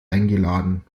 eingeladen